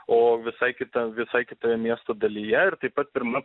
o visa kita visai kitoje miesto dalyje ir taip pat pirma